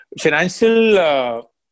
financial